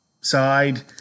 side